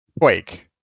Quake